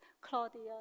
Claudia